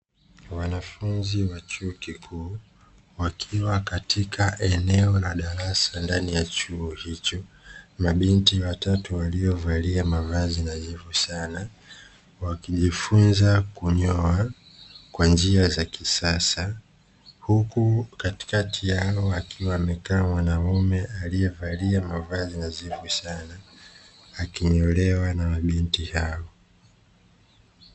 Wanafunzi wa chuo kikuu wakiwa katika eneo la darasa ndani ya chuo mabinti watatu waliovalia mavazi wakijifunza kunyoa kwa njia za kisasa, huku katikati yao amekaa mwanaume aliyevalia mavazi ya ajabu sana akinyolewa na mabinti hao.